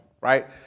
Right